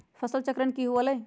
फसल चक्रण की हुआ लाई?